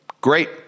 great